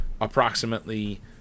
approximately